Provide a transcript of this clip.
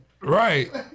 Right